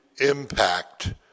impact